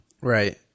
Right